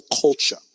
culture